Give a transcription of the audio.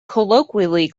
colloquially